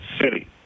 City